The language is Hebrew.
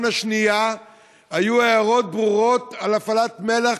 השנייה היו הערות ברורות על הפעלת מל"ח,